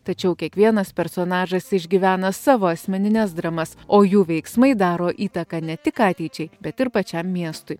tačiau kiekvienas personažas išgyvena savo asmenines dramas o jų veiksmai daro įtaką ne tik ateičiai bet ir pačiam miestui